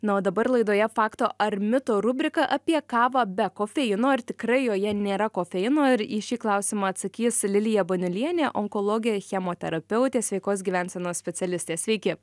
na o dabar laidoje fakto ar mito rubrika apie kavą be kofeino ar tikrai joje nėra kofeino ir į šį klausimą atsakys lilija baniulienė onkologė chemoterapeutė sveikos gyvensenos specialistė sveiki